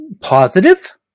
Positive